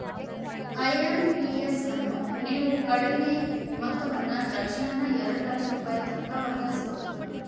IMPS ಅನ್ನು ನೇವು ಕಡಿಮಿ ಮೊತ್ತವನ್ನ ತಕ್ಷಣಾನ ಎರಡು ಲಕ್ಷ ರೂಪಾಯಿತನಕ ವರ್ಗಾಯಿಸ್ಬಹುದು